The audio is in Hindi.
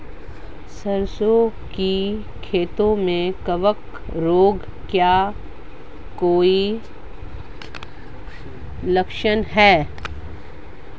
सरसों की खेती में कवक रोग का कोई लक्षण है?